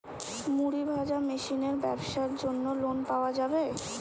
মুড়ি ভাজা মেশিনের ব্যাবসার জন্য লোন পাওয়া যাবে?